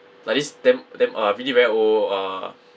like this damn damn uh really very old uh